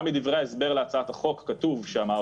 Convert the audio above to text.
גם בדברי ההסבר להצעת החוק כתוב שהמערכות אכן